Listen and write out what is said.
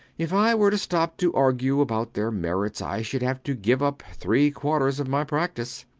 if i were to stop to argue about their merits i should have to give up three-quarters of my practice.